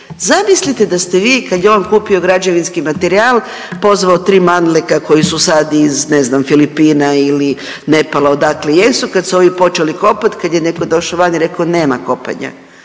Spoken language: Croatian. Zamislite da ste vi kad je on kupio građevinski materijal pozvao tri mandleka koji su sad iz, ne znam Filipina ili Nepala, odakle jesu, kad su ovi počeli kopat, kad je neko došao van i rekao nema kopanja,